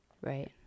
right